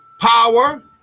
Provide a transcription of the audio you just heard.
power